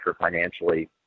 financially